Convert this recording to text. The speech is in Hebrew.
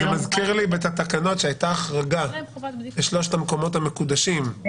מזכיר לי בתקנות שהייתה החרגה לשלושת המקומות המקודשים,